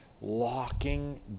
locking